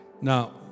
Now